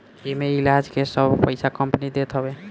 एमे इलाज के सब पईसा कंपनी देत हवे